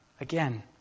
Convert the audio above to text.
again